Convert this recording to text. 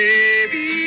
baby